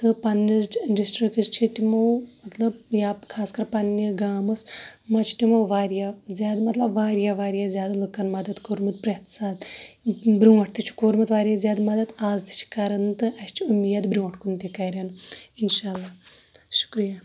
تہٕ پَننِس ڈِسٹرکٕچ چھِ تِمو مَطلَب یا خاص کَر پَننہِ گامَس مَنٛز چھُ تِمو واریاہ زیادٕ مَطلَب واریاہ واریاہ زیادٕ لُکَن مَدَد کوٚرمُت پرٛتھ ساتہٕ برونٛٹھ تہِ چھُکھ کوٚرمُت واریاہ زیادٕ مَدد آز تہٕ چھِ کَران تہِ اَسہِ چھِ اُمید برونٹھ کُن تہٕ کَرن اِنشا اللہ شُکرِیا